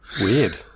Weird